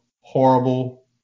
horrible